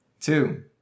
Two